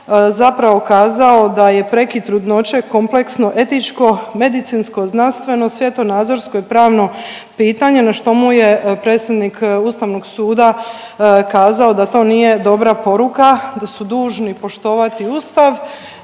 zapravo kazao da je prekid trudnoće kompleksno etičko, medicinsko, znanstveno, svjetonazorsko i pravno pitanje na što mu je predsjednik Ustavnog suda kazao da to nije dobra poruka, da su dužni poštovati Ustavi